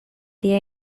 día